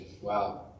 Wow